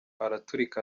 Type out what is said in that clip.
araturika